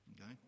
Okay